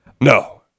No